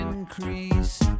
Increase